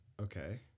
Okay